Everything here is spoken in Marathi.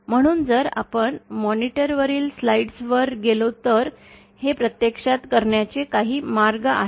म्हणून जर आपण मॉनिटर वरील स्लाइड्स वर गेलो तर हे प्रत्यक्षात करण्याचे काही मार्ग आहेत